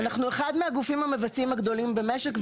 אנחנו אחד מהגופים המבצעים הגדולים במשק,